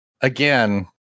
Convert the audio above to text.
again